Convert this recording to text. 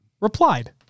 replied